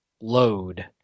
load